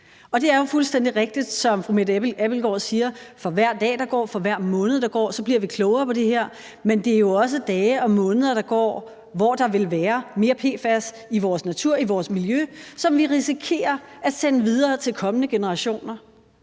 Det er jo fuldstændig rigtigt, som fru Mette Abildgaard siger, at for hver dag, der går, for hver måned, der går, bliver vi klogere på det her, men det er jo også dage og måneder, der går, hvor der vil være mere PFAS i vores natur og i vores miljø, som vi risikerer at sende videre til kommende generationer.